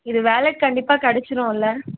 இது வேலட் கண்டிப்பாக கிடச்சுருல்ல